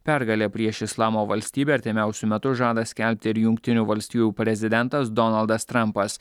pergalę prieš islamo valstybę artimiausiu metu žada skelbti ir jungtinių valstijų prezidentas donaldas trampas